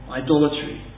idolatry